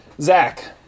Zach